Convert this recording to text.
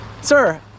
Sir